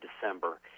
December